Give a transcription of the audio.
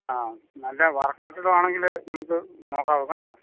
ആ നല്ല വാർക്ക കെട്ടിടമാണെങ്കിൽ നമുക്ക് നോക്കാം കേട്ടോ